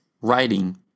writing